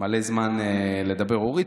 מלא זמן לדבר, אורית.